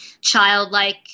childlike